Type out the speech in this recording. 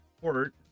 port